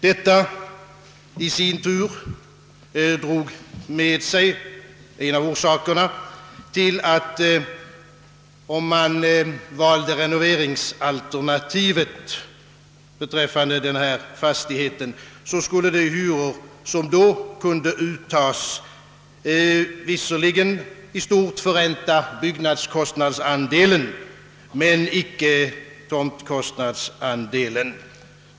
Detta drog i sin tur med sig — om man valde renoveringsalternativet — att de hyror som sedan skulle tas ut visserligen skulle förränta byggnadskostnadsandelen men inte tomtkostnadsandelen.